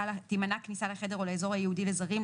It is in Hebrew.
תימנע כניסה לחדר או לאזור הייעודי לזרים,